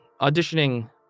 auditioning